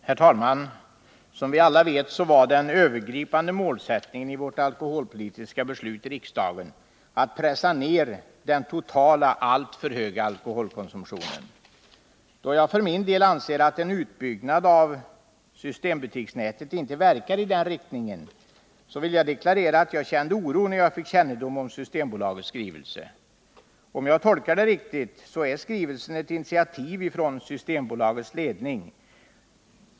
Herr talman! Som vi alla vet var den övergripande målsättningen i riksdagens alkoholpolitiska beslut att pressa ner den totala, alltför höga, alkoholkonsumtionen. Då jag för min del anser att en utbyggnad av systembutiksnätet inte verkar i den riktningen, vill jag deklarera att jag kände oro när jag fick kännedom om Systembolagets skrivelse. Om jag tolkar den riktigt, är skrivelsen ett initiativ från Systembolagets ledning.